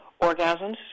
orgasms